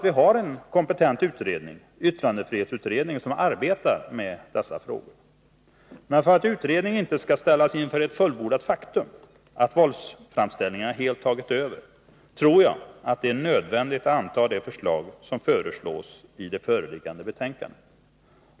Vi har en kompetent utredning, yttrandefrihetsutredningen, som arbetar med dessa frågor. Men för att utredningen inte skall ställas inför fullbordat faktum, att våldsframställningarna helt har tagit över, tror jag att det är nödvändigt att anta lagförslaget i föreliggande betänkande.